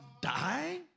die